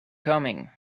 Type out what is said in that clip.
coming